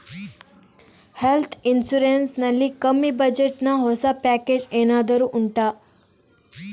health insurance ನಲ್ಲಿ ಕಮ್ಮಿ budget ನ ಹೊಸ ಪ್ಯಾಕೇಜ್ ಏನಾದರೂ ಉಂಟಾ